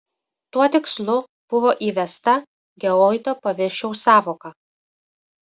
tuo tikslu buvo įvesta geoido paviršiaus sąvoka